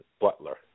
Butler